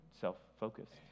self-focused